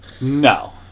No